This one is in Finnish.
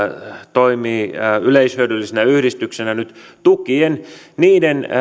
toimii yleishyödyllisenä yhdistyksenä nyt tukien niiden